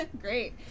Great